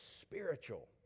spiritual